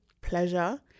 pleasure